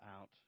out